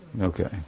Okay